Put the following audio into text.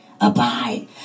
abide